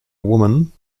woman